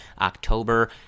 October